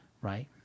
Right